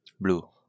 Blue